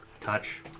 touch